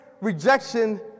rejection